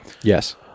Yes